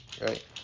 Right